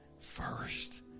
first